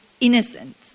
innocent